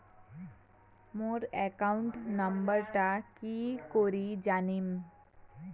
মোর account নাম্বারটা কি করি জানিম?